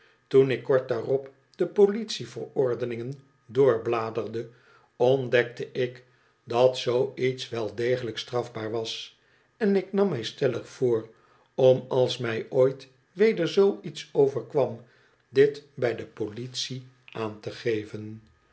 toen ik kort daarop de politie verordeningen doorbladerde ontdekte ik dat zoo iets wel degelijk strafbaar was en ik nam mij stellig voor om als mij ooit weder zoo iets overkwam dit bij de politie aan te geven